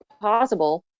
possible